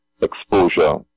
exposure